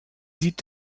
sieht